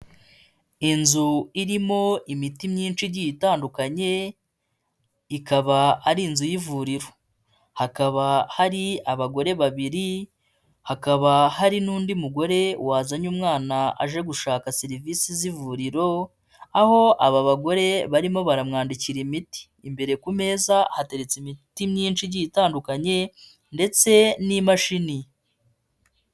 Inzu irimo imiti myinshi igiye itandukanye ikaba ari inzu y'ivuriro, hakaba hari abagore babiri hakaba hari n'undi mugore wazanye umwana aje gushaka serivisi z'ivuriro aho aba bagore barimo baramwandikira imiti, imbere ku meza hateretse imiti myinshi igiye itandukanye ndetse n'imashini.